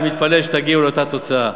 אני מתפלל שתגיעו לאותה תוצאה.